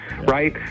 right